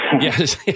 Yes